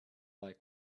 like